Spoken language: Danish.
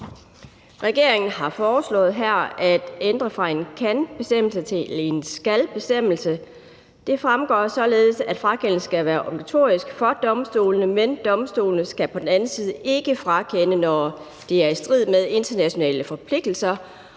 Regeringen har her foreslået at ændre det fra en »kan«-bestemmelse til en »skal«-bestemmelse. Det fremgår således, at frakendelse skal være obligatorisk for domstolene, men domstolene skal på den anden side ikke frakende, når det er i strid med internationale forpligtelser,